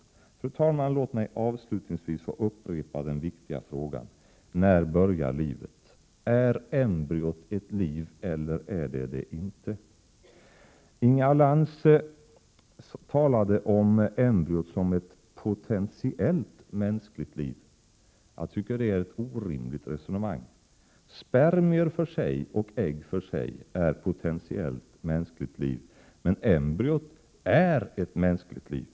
Fru talman! Låt mig avslutningsvis upprepa den viktiga frågan: När börjar livet? Är embryot ett liv eller inte? Inga Lantz talade om embryot som ett potentiellt mänskligt liv. Det är ett orimligt resonemang. Spermier och ägg var för sig är potentiellt mänskligt liv, men embryot är mänskligt liv.